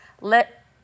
let